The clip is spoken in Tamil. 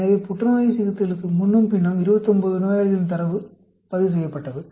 எனவே உட்செலுத்தலுக்கு முன்னும் பின்னும் 29 நோயாளிகளின் தரவு பதிவு செய்யப்பட்டது